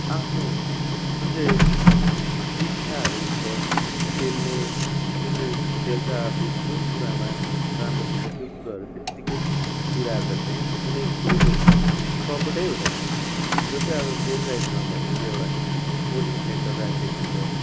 आफ्नो जुन चाहिँ इच्छाहरू हुन्छ खेल्ने जुन चाहिँ खेल्छ आफू जुन कुरामा राम्रो खेल्छ त्यो कुरोहरू त्यत्तिकै बिलाएर जान्छ क्या कुनै कुरोको सपोर्टै हुँदैन जस्तै अब प्लेन साइडमा भएपछि एउटा कोचिङ सेन्टर राखिदिएको हुन्छ